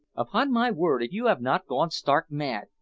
upon my word, if you have not gone stark mad,